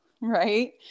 Right